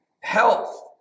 health